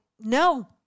no